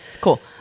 cool